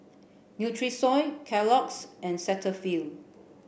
Nutrisoy Kellogg's and Cetaphil